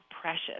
precious